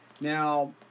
Now